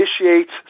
initiates